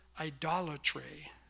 idolatry